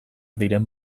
diren